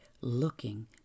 looking